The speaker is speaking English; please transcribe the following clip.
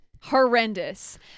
horrendous